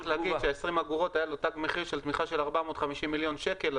רק להגיד של-20 אגורות היה תג מחיר של תמיכה של 450 מיליון שקל.